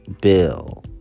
bill